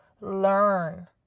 learn